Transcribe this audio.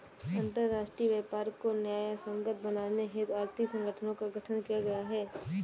अंतरराष्ट्रीय व्यापार को न्यायसंगत बनाने हेतु आर्थिक संगठनों का गठन किया गया है